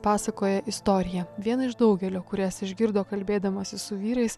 pasakoja istoriją vieną iš daugelio kurias išgirdo kalbėdamasis su vyrais